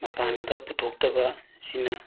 ꯃꯄꯥꯟꯗ ꯄꯨꯊꯣꯛꯇꯕ ꯁꯤꯅ